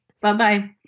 Bye-bye